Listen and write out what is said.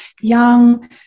young